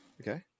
Okay